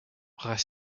restent